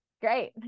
Great